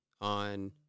on